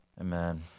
Amen